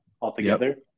altogether